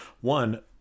one